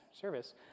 service